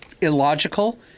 illogical